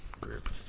group